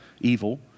evil